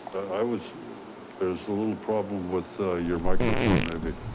i was there's a little problem with your microphone, maybe.